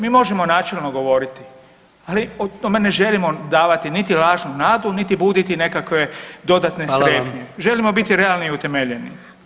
Mi možemo načelno govoriti, ali ne želimo davati niti lažnu nadu niti buditi nekakve dodatne strepnje [[Upadica: Hvala vam.]] Želimo biti realni i utemeljeni.